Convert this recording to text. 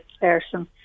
person